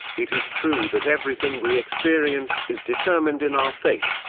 it is true that everything we experience is determined in our fate.